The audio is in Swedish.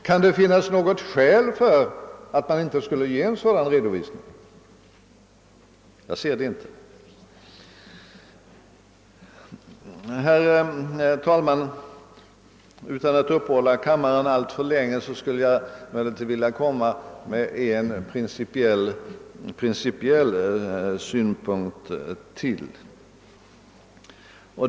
Kan det finnas något skäl att inte lämna en sådan redovisning? Jag tycker inte det. Herr talman! Utan att uppehålla kammarens ledamöter alltför länge skulle jag vilja framföra ytterligare en principiell synpunkt.